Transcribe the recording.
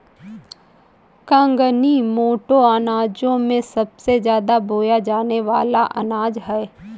कंगनी मोटे अनाजों में सबसे ज्यादा बोया जाने वाला अनाज है